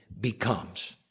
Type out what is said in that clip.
becomes